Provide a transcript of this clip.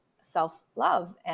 self-love